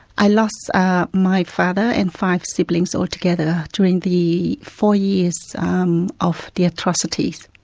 i lost ah my father and five siblings altogether during the four years um of the atrocities.